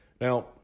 Now